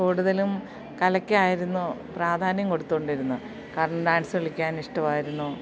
കൂടുതലും കലയ്ക്കായിരുന്നു പ്രാധാന്യം കൊടുത്തുകൊണ്ടിരുന്നത് കാരണം ഡാൻസ് കളിക്കാൻ ഇഷ്ടമായിരുന്നു